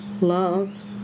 love